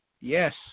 Yes